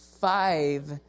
five